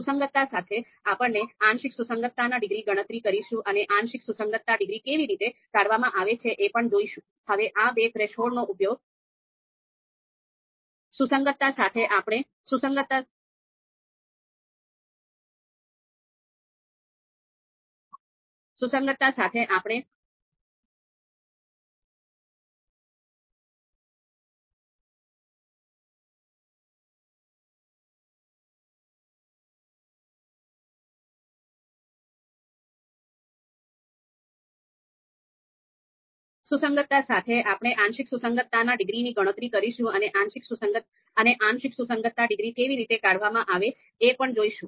સુસંગતતા સાથે આપણે આંશિક સુસંગતતાના ડિગ્રીની ગણતરી કરીશું અને આંશિક સુસંગતતા ડિગ્રી કેવી રીતે કાઢવામાં આવશે એ પણ જોઈશું